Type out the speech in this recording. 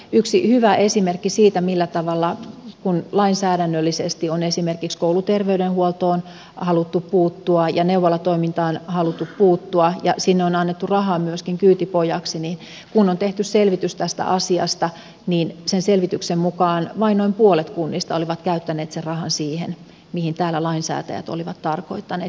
yksi hyvä esimerkki siitä millä tavalla on toimittu kun lainsäädännöllisesti on esimerkiksi kouluterveydenhuoltoon ja neuvolatoimintaan haluttu puuttua ja sinne on annettu rahaa myöskin kyytipojaksi on se että kun on tehty selvitys tästä asiasta sen selvityksen mukaan vain noin puolet kunnista oli käyttänyt sen rahan siihen mihin täällä lainsäätäjät olivat tarkoittaneet